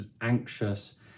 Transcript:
anxious